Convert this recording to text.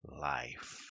life